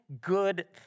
good